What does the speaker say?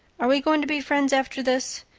are we going to be friends after this?